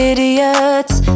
Idiots